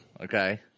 okay